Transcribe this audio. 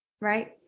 Right